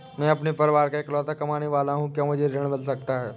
मैं अपने परिवार का इकलौता कमाने वाला सदस्य हूँ क्या मुझे ऋण मिल सकता है?